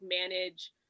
manage